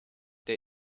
der